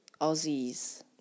Aussies